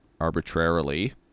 arbitrarily